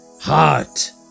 heart